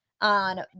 on